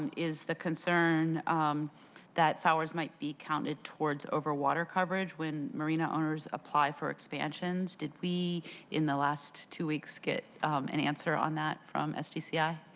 is the concern um that fower might be counted towards overwater coverage when marina owners apply for expansions. did we in the last two weeks get an answer on that from as dci?